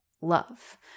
love